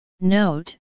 Note